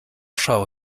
schau